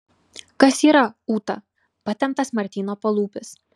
kas yra ūta patemptas martyno palūpis